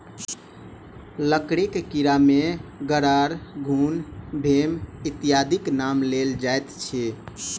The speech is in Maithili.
लकड़ीक कीड़ा मे गरार, घुन, भेम इत्यादिक नाम लेल जाइत अछि